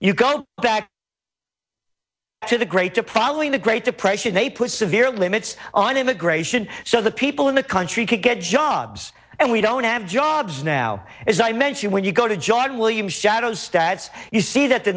you go back to the great to probably the great depression they put severe limits on immigration so that people in the country could get jobs and we don't have jobs now as i mentioned when you go to john williams shadow stats you see that the